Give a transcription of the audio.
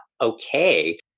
okay